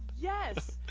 yes